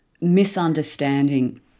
misunderstanding